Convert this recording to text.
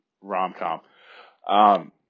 rom-com